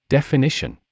Definition